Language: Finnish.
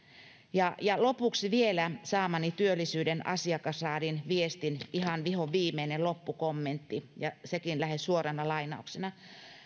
lopuksi vielä saamani työllisyyden asiakasraadin viestin ihan vihonviimeinen loppukommentti ja sekin lähes suorana lainauksena